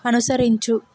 అనుసరించు